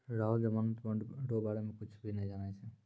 राहुल जमानत बॉन्ड रो बारे मे कुच्छ भी नै जानै छै